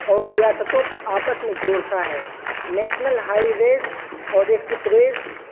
اور ریاستوں کو آپس میں جوڑتا ہے نیشنل ہائیویز اور ایکسپریس